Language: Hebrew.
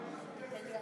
הצעת החוק